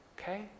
Okay